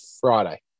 Friday